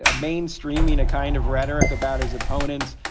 ah mainstreaming a kind of rhetoric about his opponents,